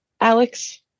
Alex